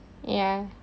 ya